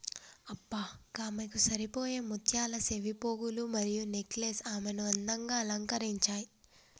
అబ్బ గామెకు సరిపోయే ముత్యాల సెవిపోగులు మరియు నెక్లెస్ ఆమెను అందంగా అలంకరించాయి